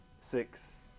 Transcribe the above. six